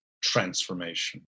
transformation